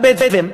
הבדואים,